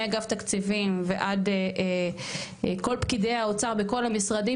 מאגף תקציבים ועד כל פקידי האוצר בכל המשרדים,